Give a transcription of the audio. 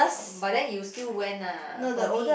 but then you still went ah for me